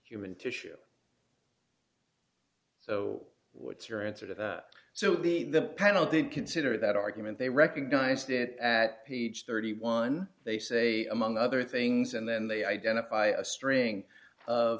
human tissue so what's your answer to that so the the panel didn't consider that argument they recognized it at page thirty one they say among other things and then they identify a string of